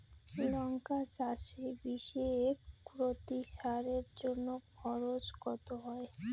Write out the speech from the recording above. লঙ্কা চাষে বিষে প্রতি সারের জন্য খরচ কত হয়?